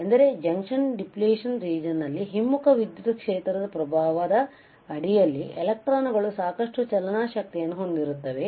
ಎಂದರೆಜಂಕ್ಷನ್ depletion region ನಲ್ಲಿ ಹಿಮ್ಮುಖ ವಿದ್ಯುತ್ ಕ್ಷೇತ್ರದ ಪ್ರಭಾವದ ಅಡಿಯಲ್ಲಿ ಎಲೆಕ್ಟ್ರಾನ್ಗಳು ಸಾಕಷ್ಟು ಚಲನ ಶಕ್ತಿಯನ್ನು ಹೊಂದಿರುತ್ತವೆ